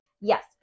yes